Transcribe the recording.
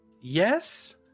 Yes